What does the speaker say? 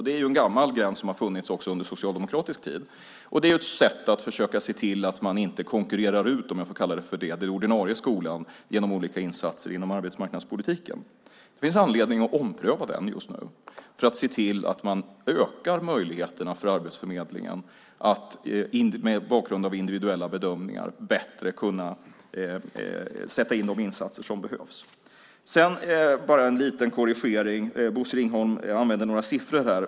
Det är en gammal gräns som har funnits också under socialdemokratisk tid. Det är ett sätt att försöka se till att man inte konkurrerar ut, om jag får kalla det så, den ordinarie skolan genom olika insatser inom arbetsmarknadspolitiken. Det finns anledning att ompröva den just nu för att se till att öka möjligheterna för Arbetsförmedlingen att mot bakgrund av individuella bedömningar bättre kunna göra de insatser som behövs. Sedan vill jag bara göra en liten korrigering. Bosse Ringholm använde några siffror här.